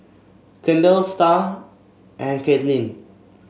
Kendal Star and Katlynn